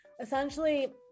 essentially